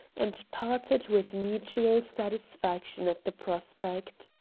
and parted with mutual satisfaction at the prospect.